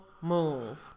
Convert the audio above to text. move